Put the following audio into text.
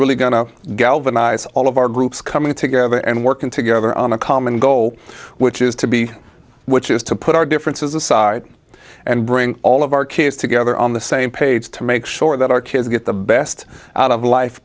really going to galvanize all of our groups coming together and working together on a common goal which is to be which is to put our differences aside and bring all of our kids together on the same page to make sure that our kids get the best out of life